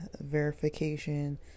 verification